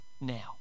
now